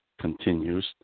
continues